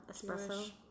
Espresso